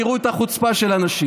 תראו את החוצפה של האנשים.